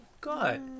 God